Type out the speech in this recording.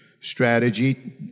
strategy